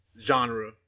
genre